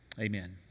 amen